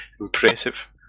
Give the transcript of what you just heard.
impressive